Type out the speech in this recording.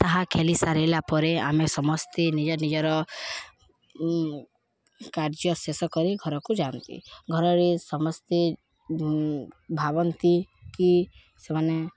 ତାହା ଖେଲି ସାରଲା ପରେ ଆମେ ସମସ୍ତେ ନିଜ ନିଜର କାର୍ଯ୍ୟ ଶେଷ କରି ଘରକୁ ଯାଆନ୍ତି ଘରରେ ସମସ୍ତେ ଭାବନ୍ତି କି ସେମାନେ